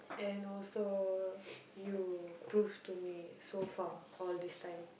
and also you prove to me so far all these time